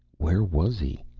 where was he?